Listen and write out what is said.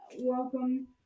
Welcome